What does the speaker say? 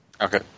Okay